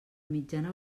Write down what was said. mitjana